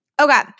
Okay